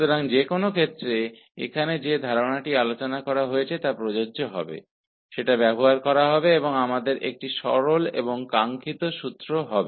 तो दोनों ही मामलों में जिस विचार की यहां चर्चा की गई है वह लागू होगा और हमारे पास एक सरलीकृत रूप होगा